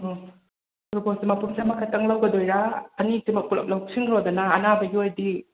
ꯑꯣ ꯇꯣꯔꯕꯣꯠꯁꯦ ꯃꯄꯨꯝꯁꯦ ꯑꯃꯈꯛꯇꯪ ꯂꯧꯒꯗꯣꯏꯔꯥ ꯑꯅꯤꯁꯤꯃꯛ ꯄꯨꯂꯞ ꯂꯧꯁꯟꯈ꯭ꯔꯣꯗꯅꯥ ꯑꯅꯥꯕꯒꯤ ꯑꯣꯏꯔꯗꯤ